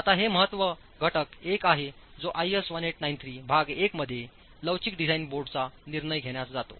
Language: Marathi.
आता हे महत्त्व घटक एक आहे जो आयएस 1893 भाग 1 मध्ये लवचिक डिझाइन बोर्डाचा निर्णय घेण्यास जातो